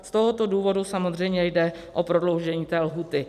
Z tohoto důvodu samozřejmě jde o prodloužení té lhůty.